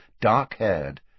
dark-haired